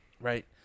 right